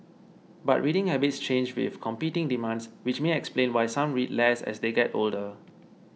but reading habits change with competing demands which may explain why some read less as they get older